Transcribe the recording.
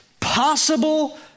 possible